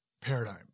paradigm